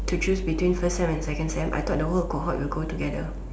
to choose between first sem and second sem I thought the whole cohort will go together